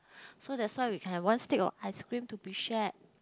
so that's why we can have one stick of ice cream to be shared